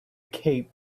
cape